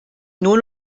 nur